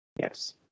yes